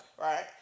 right